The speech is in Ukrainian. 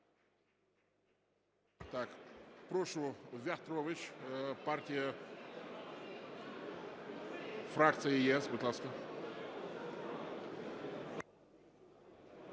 Так, прошу, В'ятрович, партії фракція "ЄС", будь ласка.